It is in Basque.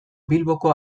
bilboko